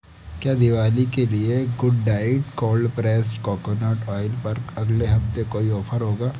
क्या दिवाली के लिए good diet cold pressed coconut oil पर अगले हफ्ते कोई ऑफर होगा